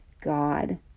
God